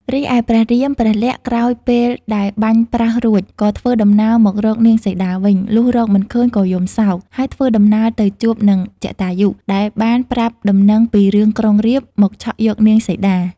រីឯព្រះរាមព្រះលក្សណ៍ក្រោយពេល ដែលបាញ់ប្រើសរួច ក៏ធ្វើដំណើរមករកនាងសីតាវិញ លុះរកមិនឃើញក៏យំសោក ហើយធ្វើដំណើរទៅជួបនឹងជតាយុ ដែលបានប្រាប់ដំណឹងពីរឿងក្រុងរាពណ៍ មកឆក់យកនាងសីតា។